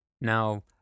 Now